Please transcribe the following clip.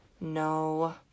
No